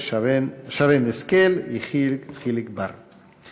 שרן השכל ויחיאל חיליק בר.